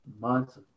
months